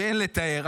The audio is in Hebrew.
שאין לתאר.